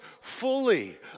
fully